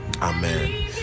Amen